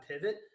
pivot